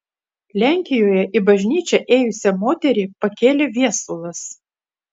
lenkijoje į bažnyčią ėjusią moterį pakėlė viesulas